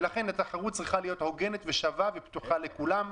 ולכן התחרות צריכה להיות הוגנת ושווה ופתוחה לכולם.